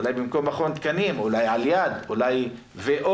אולי במקום מכון התקנים, אולי על יד, אולי ו/או,